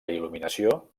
il·luminació